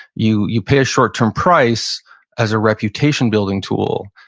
you you pay a short-term price as a reputation building tool,